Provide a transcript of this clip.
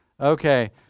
Okay